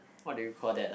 what do you call that ah